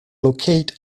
locate